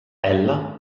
ella